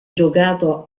giocato